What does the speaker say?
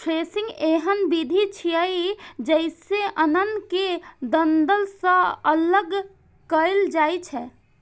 threshing एहन विधि छियै, जइसे अन्न कें डंठल सं अगल कैल जाए छै